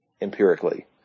empirically